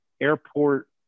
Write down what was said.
airport